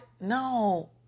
No